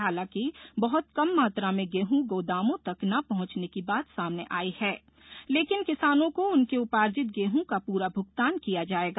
हालांकि बहुत कम मात्रा में गेहूँ गोदामों तक न पहुंचने की बात सामने आई है लेकिन किसानों को उनके उपार्जित गेहूँ का पूरा भुगतान किया जाएगा